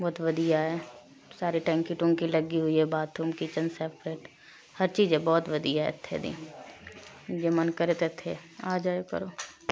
ਬਹੁਤ ਵਧੀਆ ਹੈ ਸਾਰੇ ਟੈਂਕੀ ਟੁਕੀ ਲੱਗੀ ਹੋਈ ਹੈ ਬਾਥਰੂਮ ਕਿਚਨ ਸੈਪਰੇਟ ਹਰ ਚੀਜ਼ ਹੈ ਬਹੁਤ ਵਧੀਆ ਹੈ ਇੱਥੇ ਦੀ ਜੇ ਮਨ ਕਰੇ ਤਾਂ ਇੱਥੇ ਆ ਜਾਇਆ ਕਰੋ